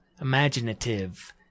imaginative